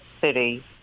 City